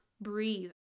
breathe